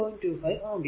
25 ampere